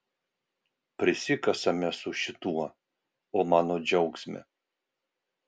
prisikasame su šituo o mano džiaugsme